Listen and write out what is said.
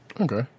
Okay